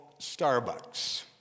Starbucks